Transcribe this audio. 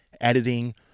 editing